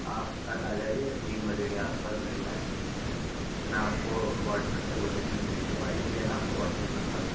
आप कल आ जाइए तीन बजे के आस पास दिन में मैं आपको व्हाट्सएप पर लोकेशन भेज दूँगा यही है ना आपका व्हाट्सएप नंबर